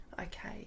Okay